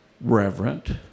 reverent